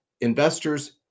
Investors